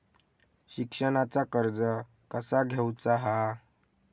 शिक्षणाचा कर्ज कसा घेऊचा हा?